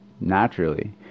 naturally